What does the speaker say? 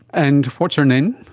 and what's her name?